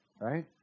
Right